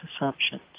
assumptions